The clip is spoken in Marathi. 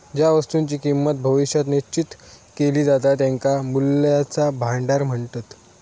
ज्या वस्तुंची किंमत भविष्यात निश्चित केली जाता त्यांका मूल्याचा भांडार म्हणतत